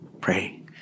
pray